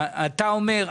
אתה אומר,